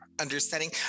understanding